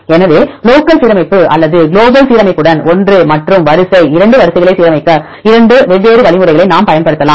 எனவே லோக்கல் சீரமைப்பு அல்லது குளோபல் சீரமைப்புடன் ஒன்று மற்றும் வரிசை 2 வரிசைகளை சீரமைக்க இந்த 2 வெவ்வேறு வழிமுறைகளைப் பயன்படுத்தலாம்